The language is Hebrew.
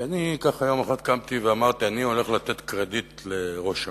כי אני ככה יום אחד קמתי ואמרתי: אני הולך לתת קרדיט לראש הממשלה.